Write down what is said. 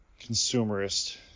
consumerist